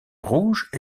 rouge